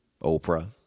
Oprah